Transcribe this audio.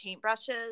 paintbrushes